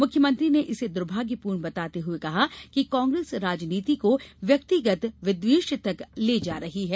मुख्यमंत्री ने इसे दुर्भाग्यपूर्ण बताते हुए कहा कि कांग्रेस राजनीति को व्यक्तिगत विद्वेष तक ले जा रही है